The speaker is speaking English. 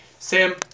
Sam